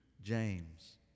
James